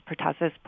pertussis